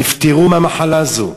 נפטרו מהמחלה הזו.